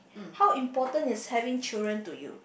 how important is having children to you